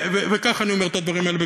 וכך אני אומר את הדברים האלה,